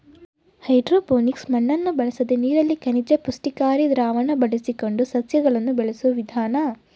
hydroponics ಮಣ್ಣನ್ನು ಬಳಸದೆ ನೀರಲ್ಲಿ ಖನಿಜ ಪುಷ್ಟಿಕಾರಿ ದ್ರಾವಣ ಬಳಸಿಕೊಂಡು ಸಸ್ಯಗಳನ್ನು ಬೆಳೆಸೋ ವಿಧಾನ